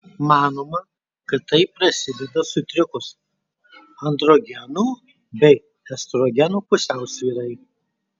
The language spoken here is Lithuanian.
manoma kad tai prasideda sutrikus androgenų bei estrogenų pusiausvyrai